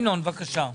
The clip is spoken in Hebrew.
ינון, בבקשה.